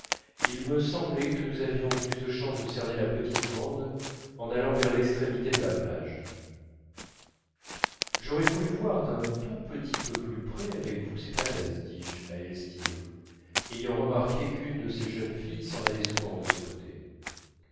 il me semblait que nous avions plus de chance de cerner la petite bande en allant vers l'extrémité de la plage j'aurais voulu voir d'un tout petit peu plus près avec vous ces falaises dis-je à elstir ayant remarqué qu'une de ces jeunes filles s'en allait souvent de ce côté